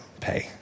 pay